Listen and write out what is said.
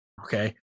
Okay